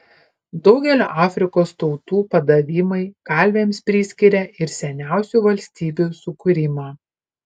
daugelio afrikos tautų padavimai kalviams priskiria ir seniausių valstybių sukūrimą